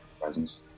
presence